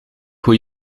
hoe